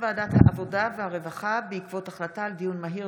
ועדת העבודה והרווחה בעקבות דיון מהיר